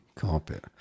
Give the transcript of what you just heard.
Carpet